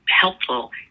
helpful